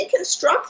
deconstruct